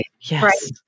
yes